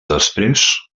després